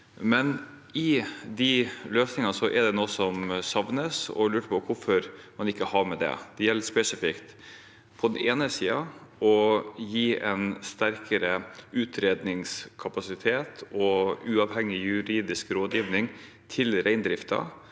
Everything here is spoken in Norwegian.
men i de løsningene er det noe som savnes. Jeg lurer på hvorfor man ikke har det med. Det gjelder spesifikt – på den ene siden – å gi en sterkere utredningskapasitet og uavhengig juridisk rådgivning til reindriften,